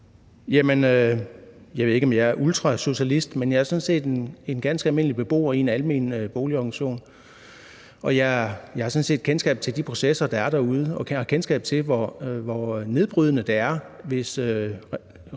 jeg er ultrasocialist, men jeg er sådan set en ganske almindelig beboer i en almen boligorganisation, og jeg har kendskab til de processer, der foregår derude, og har kendskab til, hvor nedbrydende det er, hvis